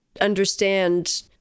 understand